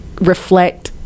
reflect